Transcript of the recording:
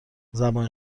زبان